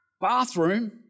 bathroom